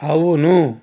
అవును